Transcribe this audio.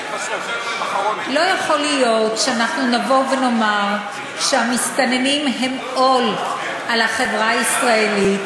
לא יכול להיות שאנחנו נאמר שהמסתננים הם עול על החברה הישראלית,